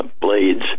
blades